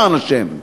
למען השם.